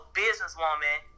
businesswoman